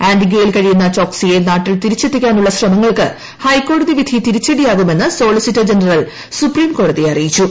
ആന്റിഗ്വയിൽ കഴിയുന്ന ചോക്സിയെ നാട്ടിൽ തിരിച്ചെത്തിക്കാനുള്ള ശ്രമങ്ങൾക്ക് ഹൈക്കോടതി വിധി തിരിച്ചടിയാകുമെന്ന് സൊളിസ്റ്റർ ജനറൽ സുപ്രീം കോടതിയെ അറിയിച്ചു